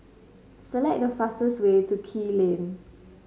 select the fastest way to Kew Lane